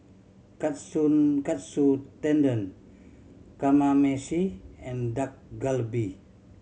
Katsu Katsu Tendon Kamameshi and Dak Galbi